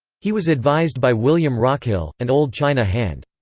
he was advised by william rockhill, an old china hand.